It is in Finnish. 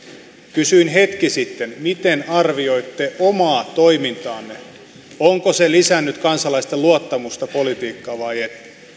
kysyin hetki sitten miten arvioitte omaa toimintaanne onko se lisännyt kansalaisten luottamusta politiikkaan vai ei